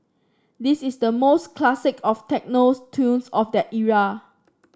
this is the most classic of techno tunes of that era